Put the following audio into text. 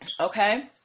Okay